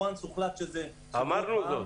אמרנו זאת.